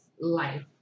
life